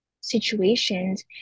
situations